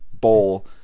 bowl